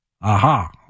Aha